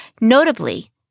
Notably